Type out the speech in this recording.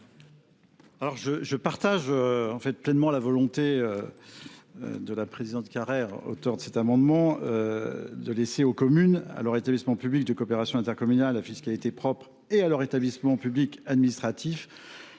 Je partage pleinement la volonté de la présidente Carrère, auteure de cet amendement, de laisser aux communes, à leurs établissements publics de coopération intercommunale à fiscalité propre et à leurs établissements publics administratifs